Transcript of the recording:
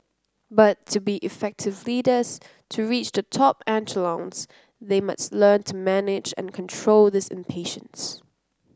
but to be effective leaders to reach the top echelons they must learn to manage and control this impatience